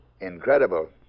Incredible